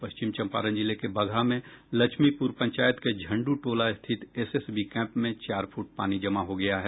पश्चिम चंपारण जिले के बगहा में लक्ष्मीपुर पंचायत के झंड् टोला स्थित एसएसबी कैम्प में चार फूट पानी जमा हो गया है